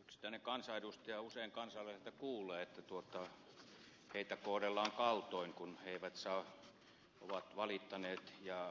yksittäinen kansanedustaja usein kansalaisilta kuulee että heitä kohdellaan kaltoin kun he ovat valittaneet ja